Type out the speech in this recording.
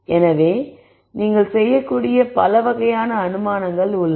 எனவே நீங்கள் செய்யக்கூடிய பல வகையான அனுமானங்கள் உள்ளன